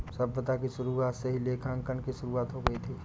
सभ्यता की शुरुआत से ही लेखांकन की शुरुआत हो गई थी